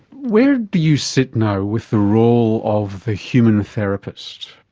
where do you sit now with the role of the human therapist?